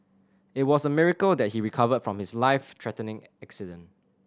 it was a miracle that he recovered from his life threatening accident